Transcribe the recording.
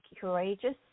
courageous